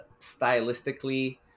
stylistically